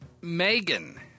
Megan